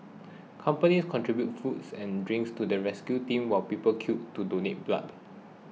companies contributed foods and drinks to the rescue teams while people queued to donate blood